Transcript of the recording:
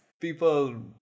People